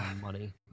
money